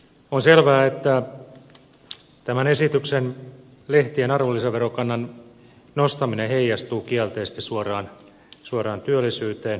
on selvää että tämä esitetty lehtien arvonlisäverokannan nostaminen heijastuu kielteisesti suoraan työllisyyteen